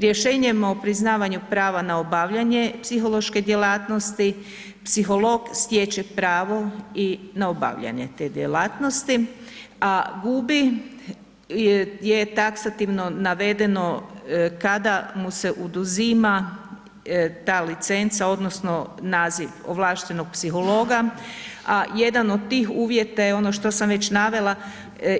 Rješenjem o priznavanju prava na obavljanje psihološke djelatnosti, psiholog stječe pravo i na obavljanje te djelatnosti, a gubi je taksativno navedeno kada mu se oduzima ta licenca odnosno naziv ovlaštenog psihologa, a jedan od tih uvjeta je ono što sam već navela